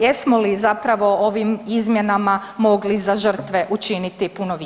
Jesmo li zapravo ovim izmjenama mogli za žrtva učiniti puno više?